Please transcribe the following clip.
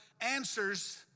answers